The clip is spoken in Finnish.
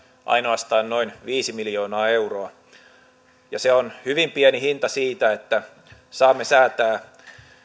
ainoastaan noin viisi miljoonaa euroa se on hyvin pieni hinta siitä että saamme säätää